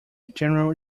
general